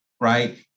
right